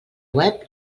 web